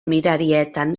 mirarietan